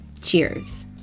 cheers